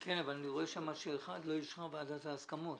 אני רואה שם שאחת לא אישרה ועדת ההסכמות.